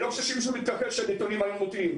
אני לא חושב שמישהו מתכחש לכך שהנתונים היו מוטעים.